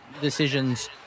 decisions